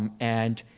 um and